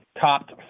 topped